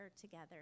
together